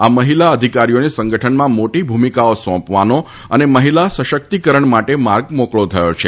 આ મહિલા અધિકારીઓને સંગઠનમાં મોટી ભૂમિકાઓ સોંપવાનો અને મહિલા સશક્તિકરણ માટે માર્ગ મોકળો થયો છે